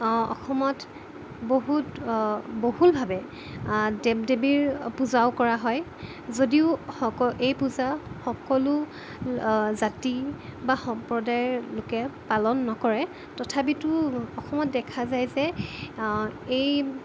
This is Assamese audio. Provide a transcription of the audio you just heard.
অসমত বহুত বহুলভাৱে দেৱ দেৱীৰ পূজাও কৰা হয় যদিও সক এই পূজা সকলো জাতি বা সম্প্ৰদায়ৰ লোকে পালন নকৰে তথাপিতো অসমত দেখা যায় যে এই